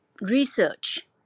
research